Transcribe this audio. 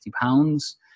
pounds